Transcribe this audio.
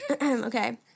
Okay